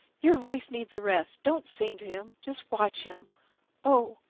your voice needs a rest. don't sing to him just watch him oh,